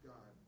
God